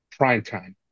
primetime